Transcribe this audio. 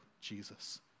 Jesus